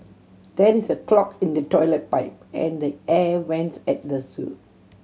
there is a clog in the toilet pipe and the air vents at the zoo